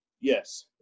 Yes